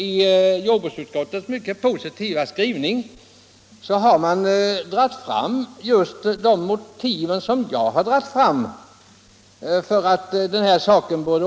I jordbruksutskottets mycket positiva skrivning har man dragit fram just de motiv som jag har anfört för att ändra den här lagstiftningen.